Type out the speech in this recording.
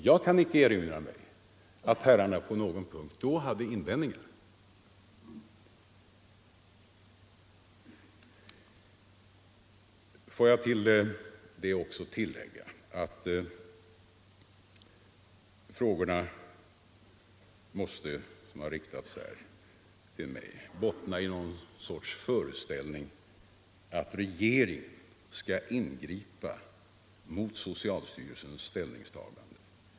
Jag kan icke erinra mig att herrarna på någon punkt då 2 december 1974 hade invändningar. Får jag dessutom tillägga att de frågor som har riktats till mig i denna — Ang. rätten att debatt måste bottna i någon sorts föreställning om att regeringen skulle använda vissa s.k. kunna ingripa mot socialstyrelsens ställningstagande.